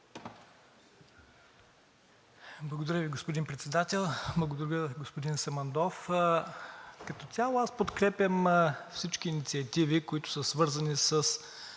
Благодаря Ви, господин Председател. Благодаря, господин Самандов. Като цяло аз подкрепям всички инициативи, които са свързани с